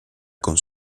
con